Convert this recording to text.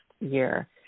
year